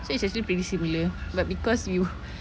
so it's actually pretty similar but because you